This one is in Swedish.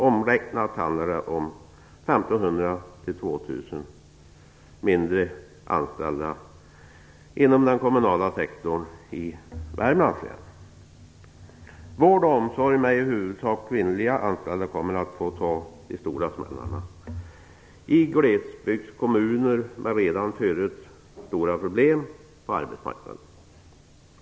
Omräknat handlar det om 1 500 Vård och omsorg med i huvudsak kvinnliga anställda kommer att få ta de stora smällarna i glesbygdskommuner som redan tidigare har stora problem med arbetsmarknaden.